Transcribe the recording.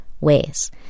ways